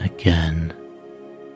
again